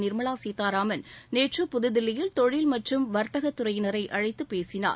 நிர்மலா சீதாராமன் நேற்று புதுதில்லியில் தொழில் மற்றும் வர்த்தக துறையினரை அழைத்துப் பேசினார்